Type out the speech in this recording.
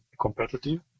competitive